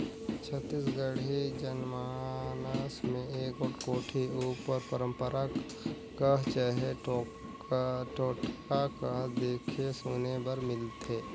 छत्तीसगढ़ी जनमानस मे एगोट कोठी उपर पंरपरा कह चहे टोटका कह देखे सुने बर मिलथे